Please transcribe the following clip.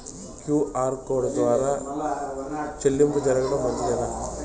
QR code ద్వారా చెల్లింపులు జరపడం మంచిదేనా?